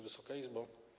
Wysoka Izbo!